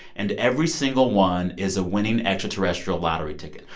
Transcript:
and every single one is a winning extraterrestrial lottery ticket.